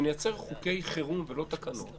שנייצר חוקי חירום ולא תקנות,